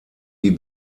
die